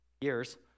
years